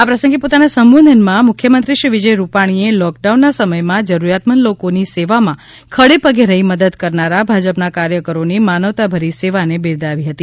આ પ્રસગે પોતાના સંબોધનમાં મુખ્ય મંત્રી શ્રી વિજય રૂપાણીએ લોકડાઉનના સમયમાં જરૂરીયાતમંદ લોકોની સેવામાં ખડેપગે રહી મદદ કરનાર ભાજપના કાર્યકરોની માનવતા ભરી સેવાને બિરદાવી હતી